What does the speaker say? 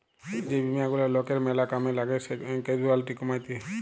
যে বীমা গুলা লকের ম্যালা কামে লাগ্যে ক্যাসুয়ালটি কমাত্যে